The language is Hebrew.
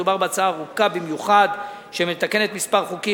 מדובר בהצעה ארוכה במיוחד, שמתקנת כמה חוקים.